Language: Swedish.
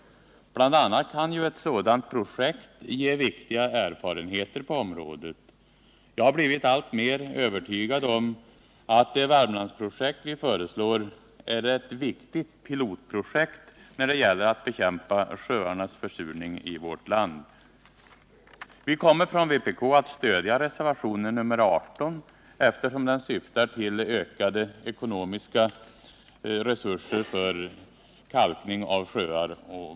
Ett sådant projekt kan bl.a. ge viktiga erfarenheter på området. Jag har blivit alltmer övertygad om att det Värmlandsprojekt vi föreslår är ett viktigt pilotprojekt när det gäller att bekämpa sjöarnas försurning i vårt land. Vi kommer från vpk:s sida att stödja reservationen 18, eftersom den syftar till ökade ekonomiska resurser för kalkning av sjöar och.